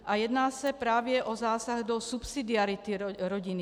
A jedná se právě o zásah do subsidiarity rodiny.